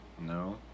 No